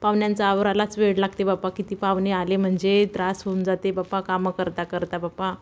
पाहुण्यांच आवरायलाच वेड लागते बाप्पा किती पाहुणे आले म्हणजे त्रास होऊन जाते बाप्पा कामं करता करता बाप्पा